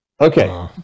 okay